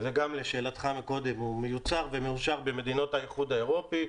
גם לשאלתך קודם הוא מיוצר ומאושר במדינות האיחוד האירופי,